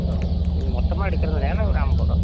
ம் இது மொத்தமாக எடுக்குறதுனால ஒரு ஐம்பருவா